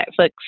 Netflix